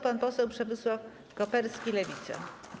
Pan poseł Przemysław Koperski, Lewica.